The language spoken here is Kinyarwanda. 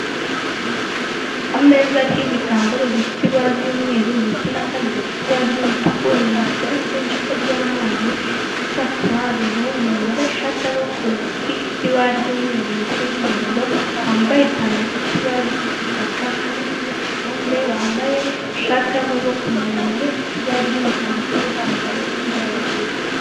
Ku meza hariho igitambaro gifite ibara ry’umweru ndetse n’akandi gatambaro k’umutuku. Hejuru hateretseho icupa ry’amazi. Ndetse hakaba hahagazeho umuntu wambaye ishati y’amaboko magufi ifite ibara ry’umweru n’umuhondo, yambaye ipantaro y’igitaka. Ku rundi ruhande, hari undi wambaye ishati y’amaboko maremare ifite ibara ry’umukara ndetse n’ipantaro y’ivu.